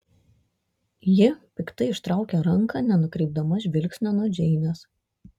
ji piktai ištraukė ranką nenukreipdama žvilgsnio nuo džeinės